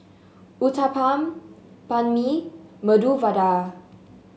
Uthapam Banh Mi Medu Vada